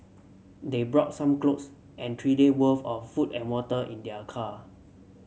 they brought some clothes and three day worth of food and water in their car